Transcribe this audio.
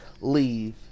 leave